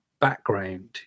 background